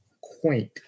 quaint